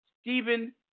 Stephen